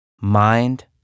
mind